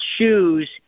choose